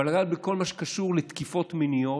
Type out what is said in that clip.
אני רוצה לגעת בכל מה שקשור לתקיפות מיניות,